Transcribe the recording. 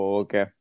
okay